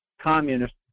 communist